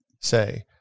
say